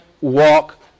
walk